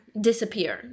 Disappear